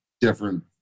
different